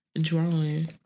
drawing